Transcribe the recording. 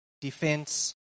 defense